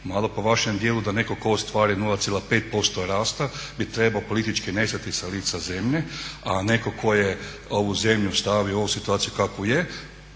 Malo po vašem dijelu da netko tko ostvari 0,5% rasta bi trebao politički nestati sa lica zemlje, a netko tko je ovu zemlju stavio u ovu situaciju kakva je